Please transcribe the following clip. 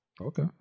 Okay